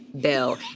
Bill